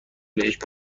بهشت